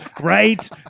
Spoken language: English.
right